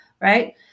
Right